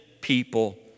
people